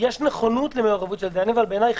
אבל בעיניי,